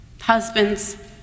husbands